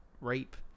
Rape